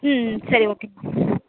ம் சரி okay madam